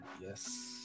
yes